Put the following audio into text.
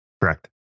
Correct